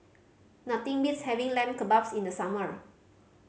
nothing beats having Lamb Kebabs in the summer